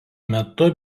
metu